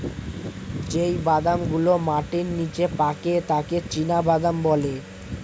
যেই বাদাম গুলো মাটির নিচে পাকে তাকে চীনাবাদাম বলে